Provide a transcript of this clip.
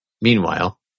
Meanwhile